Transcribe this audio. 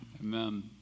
Amen